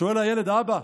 שואל הילד: אבא,